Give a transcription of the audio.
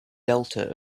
delta